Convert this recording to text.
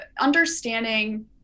understanding